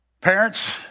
Parents